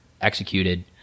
executed